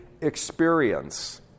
experience